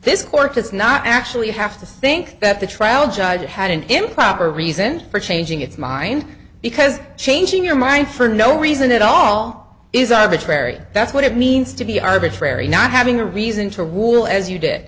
this court does not actually have to think that the trial judge had an improper reason for changing its mind because changing your mind for no reason at all is arbitrary that's what it means to be arbitrary not having a reason to rule as you did